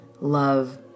love